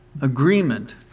agreement